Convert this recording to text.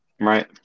Right